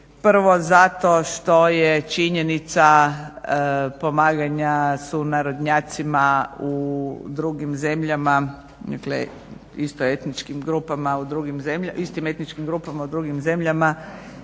Prvo zato što je činjenica pomaganja sunarodnjacima u drugim zemljama, dakle istim etničkim grupama u drugim zemljama